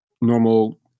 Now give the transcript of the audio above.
normal